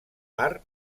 bar